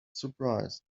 surprised